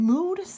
Mood